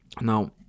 now